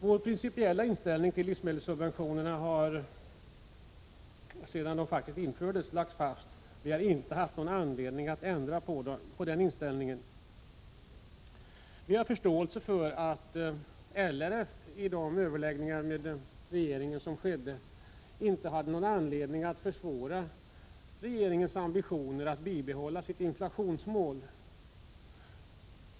Vår principiella inställning till livsmedelssubventioner har legat fast alltsedan de infördes, och vi har inte haft anledning ändra på den inställningen. Vi har förståelse för att LRF i de överläggningar som skett med regeringen inte hade anledning att försvåra regeringens ambitioner att bibehålla sitt inflationsmål.